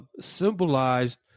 symbolized